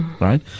right